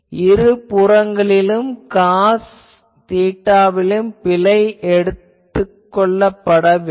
இருபுறங்களிலும் உள்ள காஸ் தீட்டாவிலும் பிழைகள் எடுத்துக் கொள்ளப்பட வேண்டும்